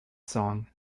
song